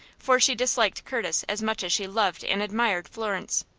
for she disliked curtis as much as she loved and admired florence.